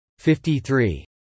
53